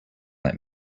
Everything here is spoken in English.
let